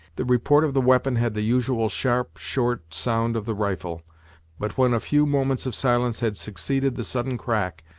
the report of the weapon had the usual sharp, short sound of the rifle but when a few moments of silence had succeeded the sudden crack,